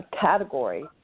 category